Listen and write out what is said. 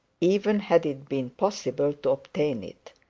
even had it been possible to obtain it.